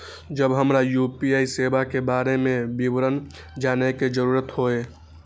जब हमरा यू.पी.आई सेवा के बारे में विवरण जानय के जरुरत होय?